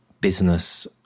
business